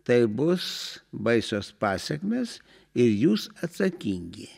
tai bus baisios pasekmės ir jūs atsakingi